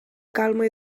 calma